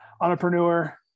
entrepreneur